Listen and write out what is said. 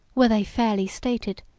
were they fairly stated,